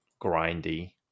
grindy